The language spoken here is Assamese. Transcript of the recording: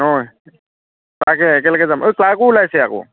হয় তাকে একেলগে যাম অই ক্লাৰ্কো ওলাইছে আক'